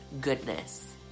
goodness